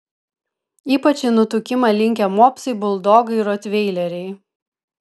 ypač į nutukimą linkę mopsai buldogai rotveileriai